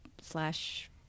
slash